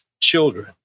children